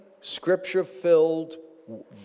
scripture-filled